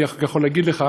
אני רק יכול להגיד לך